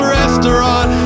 restaurant